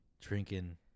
drinking